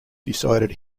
decided